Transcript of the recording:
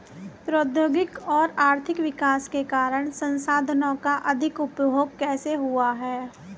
प्रौद्योगिक और आर्थिक विकास के कारण संसाधानों का अधिक उपभोग कैसे हुआ है?